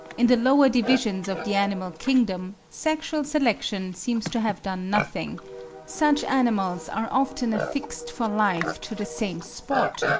in the lower divisions of the animal kingdom, sexual selection seems to have done nothing such animals are often affixed for life to the same spot,